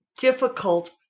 difficult